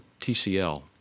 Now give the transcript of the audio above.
TCL